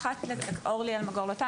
אורלי אלמגור לוטן,